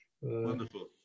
Wonderful